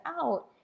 out